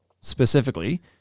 specifically